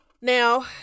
Now